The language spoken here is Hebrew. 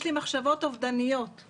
"יש לי מחשבות אובדניות;